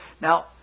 Now